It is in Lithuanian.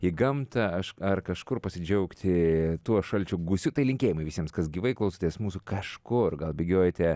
į gamtą aš ar kažkur pasidžiaugti tuo šalčio gūsiu tai linkėjimai visiems kas gyvai klausotės mūsų kažkur gal bėgiojate